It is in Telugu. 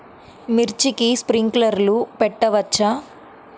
మిర్చికి స్ప్రింక్లర్లు పెట్టవచ్చా?